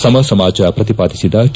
ಸಮ ಸಮಾಜ ಪ್ರತಿಪಾದಿಸಿದ ಕೆ